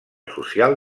social